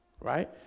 right